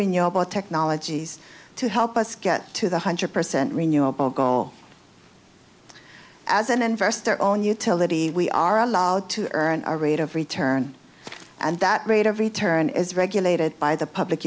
renewable technologies to help us get to the hundred percent renewable goal as an investor own utility we are allowed to earn our rate of return and that rate of return is regulated by the public